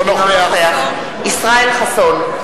אינו נוכח ישראל חסון,